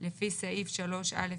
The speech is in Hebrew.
לפי סעיף 3 (א',